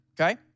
okay